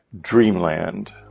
Dreamland